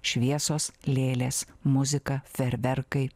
šviesos lėlės muzika fejerverkai